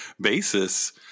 basis